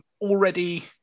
already